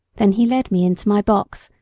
then he led me into my box,